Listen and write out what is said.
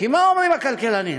כי מה אומרים הכלכלנים?